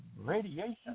radiation